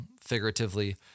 figuratively